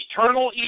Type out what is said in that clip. eternal